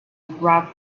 rough